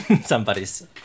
Somebody's